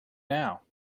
now